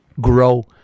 grow